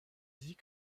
dit